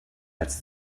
als